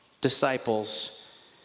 disciples